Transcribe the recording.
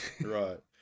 right